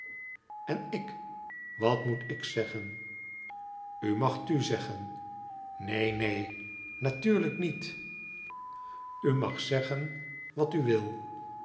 en ik wat moet ik zeggen u mag tu zeggen neen neen natuurlijk niet u mag zeggen wat u wil